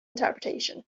interpretation